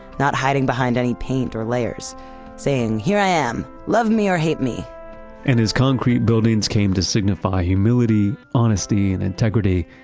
not hiding behind any paint or layers saying, here i am, love me or hate me and as concrete buildings came to signify humility, honesty, and integrity,